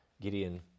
Gideon